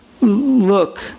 Look